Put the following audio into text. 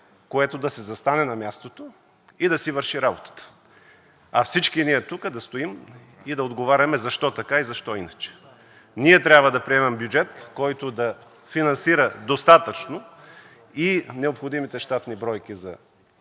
което да си застане на мястото и да си върши работата, а всички ние да стоим тук и да отговаряме защо така и защо иначе. Ние трябва да приемем бюджет, който да финансира достатъчно и необходимите щатни бройки за